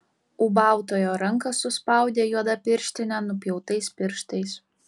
ūbautojo ranką suspaudė juoda pirštinė nupjautais pirštais